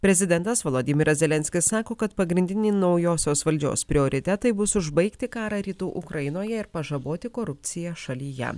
prezidentas volodymyras zelenskis sako kad pagrindiniai naujosios valdžios prioritetai bus užbaigti karą rytų ukrainoje ir pažaboti korupciją šalyje